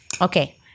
okay